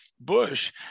Bush